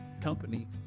company